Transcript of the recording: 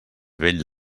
vell